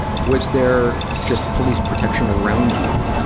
was there just police protection around you?